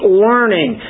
learning